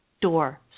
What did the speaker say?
door